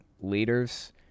leaders